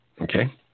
Okay